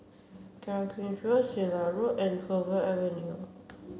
Sirat Road and Clover Avenue